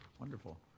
Wonderful